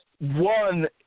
one